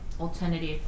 alternative